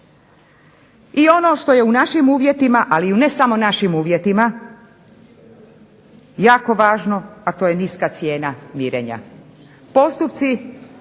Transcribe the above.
I ono što je u našim uvjetima, ali i u ne samo našim uvjetima, jako važno a to je niska cijena mirenja. Postupci